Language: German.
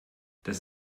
das